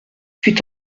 fut